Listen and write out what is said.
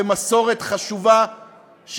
מסורת חשובה,